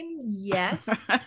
yes